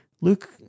Luke